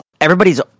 everybody's